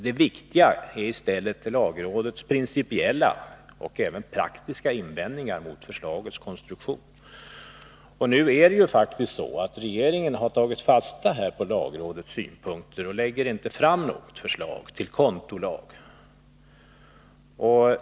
Det viktiga är i stället lagrådets principiella och även praktiska invändningar mot förslagets konstruktion. Regeringen har nu faktiskt tagit fasta på lagrådets synpunkter och lägger inte fram något förslag till lag om skogsvårdskonton.